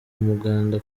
muganda